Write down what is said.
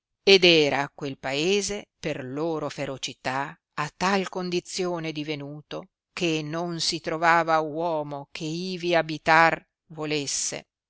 ed era quel paese per la loro ferocità a tal condizione divenuto che non si trovava uomo che ivi abitar volesse